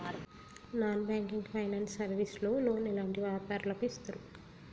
Non banking finance service లో loan ఎలాంటి వ్యాపారులకు ఇస్తరు?